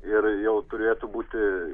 ir jau turėtų būti